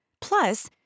Plus